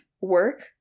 work